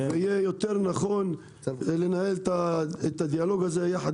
זה יהיה יותר נכון לנהל את הדיאלוג הזה יחד איתם.